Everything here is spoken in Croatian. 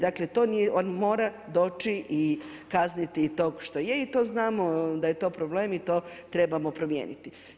Dakle on mora doći i kazniti tog što je i to znamo da je to problem i to trebamo promijeniti.